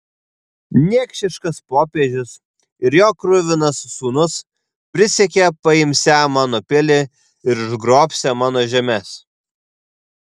niekšiškas popiežius ir jo kruvinas sūnus prisiekė paimsią mano pilį ir užgrobsią mano žemes